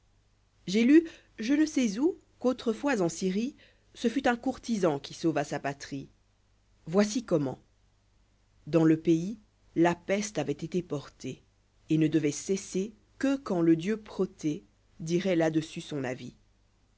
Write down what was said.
j'ai lu je ne sais où qu'autrefois en syrie ce fut un courtisan qui sauva sa patrie voici comment dans le pays la peste avoit été portée el ne devoit cesser que quand le dieu prêtée l'ivre iv ih dirait là-dessus sta avis